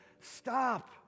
stop